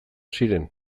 ziren